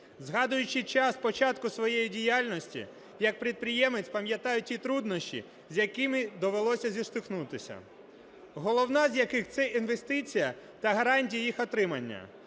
Загадуючи час початку своєї діяльності, як підприємець пам'ятаю ті труднощі, з якими довелося зіштовхнутися, головна з яких - це інвестиції та гарантії їх отримання.